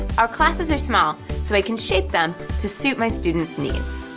our classes are small, so i can shape them to suit my students' needs.